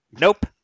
Nope